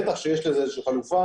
בטח כשיש לזה איזושהי חלופה.